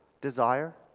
desire